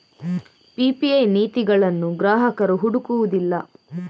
PPI ನೀತಿಗಳನ್ನು ಗ್ರಾಹಕರು ಹುಡುಕುವುದಿಲ್ಲ